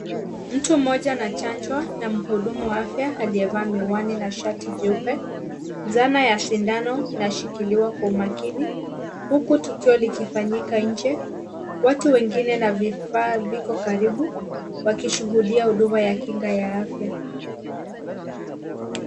Mtu mmoja ana chanjo na mhudumu wa afya aliyevaa miwani na shati jeupe. Zana ya sindano inashikiliwa kwa umakini huku tukio likifanyika nje. Watu wengine na vifaa viko karibu wakishuhudia huduma ya kinga ya afya.